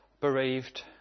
bereaved